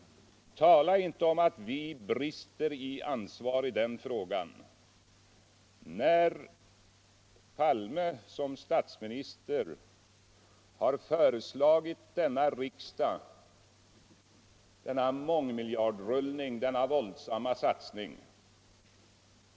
Tala inte om att vi brister i ansvar i kärnkraftsfrågan, när herr Palme som statsminister har föreslagit riksdagen denna mångmiljardrullning, denna våldsamma satsning.